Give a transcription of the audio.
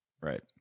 Right